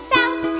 South